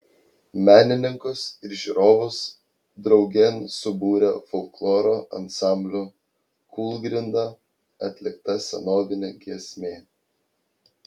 menininkus ir žiūrovus draugėn subūrė folkloro ansamblio kūlgrinda atlikta senovinė giesmė